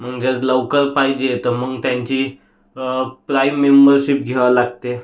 म्हणजेच लवकर पाहिजे तर मग त्यांची प्लाइम मेंबरशिप घ्यावं लागते